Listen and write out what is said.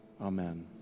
Amen